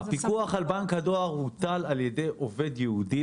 הפיקוח על בנק הדואר הוא על ידי עובד ייעודי.